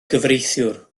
gyfreithiwr